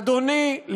אדוני,